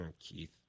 Keith